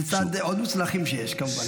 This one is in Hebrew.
לצד עוד מוצלחים שיש, כמובן.